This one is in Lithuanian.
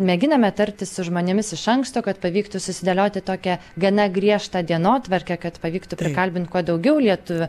mėginame tartis su žmonėmis iš anksto kad pavyktų susidėlioti tokią gana griežtą dienotvarkę kad pavyktų prikalbint kuo daugiau lietuvių